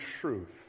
truth